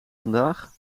vandaag